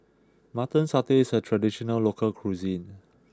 mutton satay is a traditional local cuisine